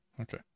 Okay